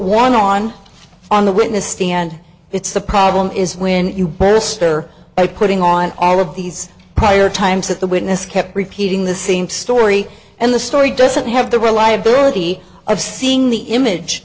one on on the witness stand it's the problem is when you barrister by putting on all of these prior times that the witness kept repeating the same story and the story doesn't have the reliability of seeing the image